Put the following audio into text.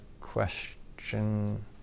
question